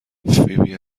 فیبی